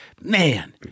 man